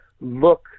look